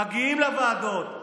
מגיעים לוועדות,